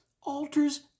alters